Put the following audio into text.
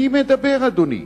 מי מדבר, אדוני?